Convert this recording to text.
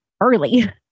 early